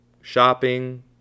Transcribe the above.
shopping